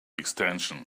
extension